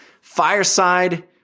Fireside